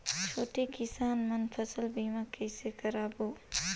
छोटे किसान मन फसल बीमा कइसे कराबो?